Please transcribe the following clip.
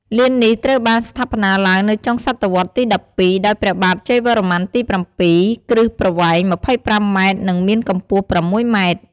លាននេះត្រូវបានស្ថាបនាឡើងនៅចុងសតវត្សទី១២ ដោយព្រះបាទជ័យវរន្ម័នទី៧ គ្រឹះប្រវែង ២៥ម៉ែត្រ និង មានកំពស់ ៦ម៉ែត្រ។